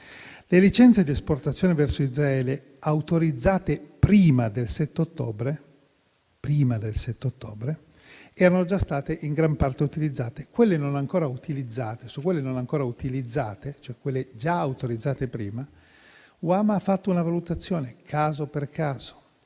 Le licenze di esportazione verso Israele autorizzate prima del 7 ottobre erano già state in gran parte utilizzate, mentre su quelle non ancora utilizzate, cioè quelle già autorizzate prima, l'Unità per le autorizzazioni dei